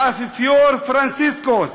האפיפיור פרנציסקוס,